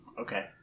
Okay